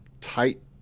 tight